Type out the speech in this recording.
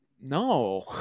no